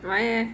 why eh